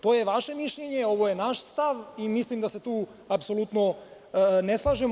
To je vaše mišljenje, ovo je naš stav i mislim da se tu apsolutno ne slažemo.